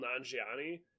Nanjiani